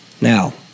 Now